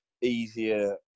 easier